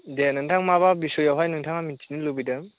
दे नोंथां माबा बिसयावहाय नोंथाङा मिनथिनो लुबैदों